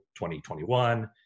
2021